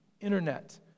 internet